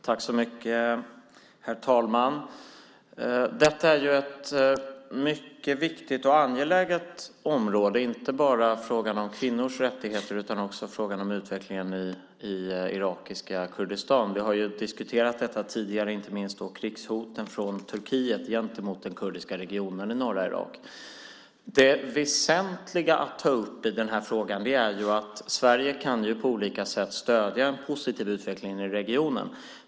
Herr talman! Detta är ett mycket viktigt och angeläget område, inte bara i fråga om kvinnors rättigheter utan också i fråga om utvecklingen i irakiska Kurdistan. Vi har ju diskuterat detta tidigare, inte minst krigshoten från Turkiet gentemot den kurdiska regionen i norra Irak. Det väsentliga att ta upp i den här frågan är att Sverige på olika sätt kan stödja en positiv utveckling i regionen.